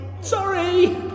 Sorry